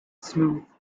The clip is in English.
smooth